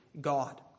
God